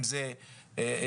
אם זה ארמניה,